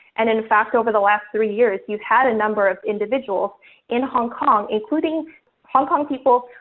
and in fact, over the last three years, you've had a number of individuals in hong kong, including hong kong people,